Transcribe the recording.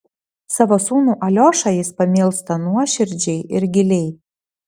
savo sūnų aliošą jis pamilsta nuoširdžiai ir giliai